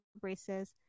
braces